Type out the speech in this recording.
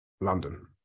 London